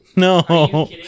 No